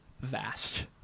vast